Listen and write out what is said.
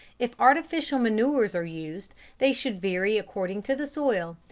if artificial manures are used they should vary according to the soil,